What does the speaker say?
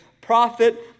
prophet